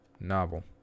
novel